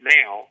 now